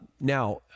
Now